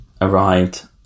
arrived